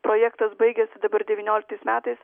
projektas baigiasi dabar devynioliktais metais